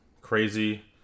crazy